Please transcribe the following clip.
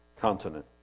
continent